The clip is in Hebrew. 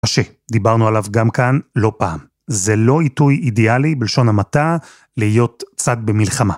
קשה, דיברנו עליו גם כאן לא פעם. זה לא עיתוי אידיאלי, בלשון המעטה, להיות צד במלחמה.